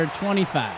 25